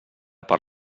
per